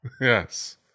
yes